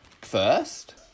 first